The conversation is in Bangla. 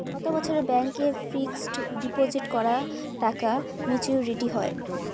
কত বছরে ব্যাংক এ ফিক্সড ডিপোজিট করা টাকা মেচুউরিটি হয়?